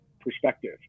perspective